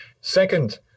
Second